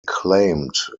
claimed